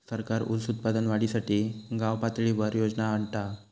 सरकार ऊस उत्पादन वाढीसाठी गावपातळीवर योजना आणता हा